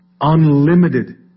unlimited